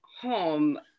home